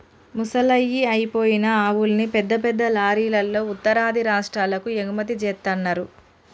ముసలయ్యి అయిపోయిన ఆవుల్ని పెద్ద పెద్ద లారీలల్లో ఉత్తరాది రాష్టాలకు ఎగుమతి జేత్తన్నరు